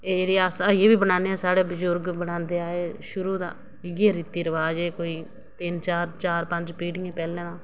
एह् ते अस अजै बी बनादे ते साढ़े बजुर्ग बी शुरू दा इ''यै रुट्टी बनांदे तिन चार पंज पीढ़ियां पैह्लें दा